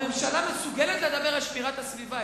הממשלה מסוגלת לדבר על שמירת הסביבה.